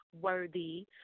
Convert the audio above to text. Worthy